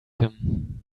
him